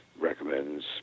recommends